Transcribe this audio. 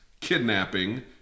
kidnapping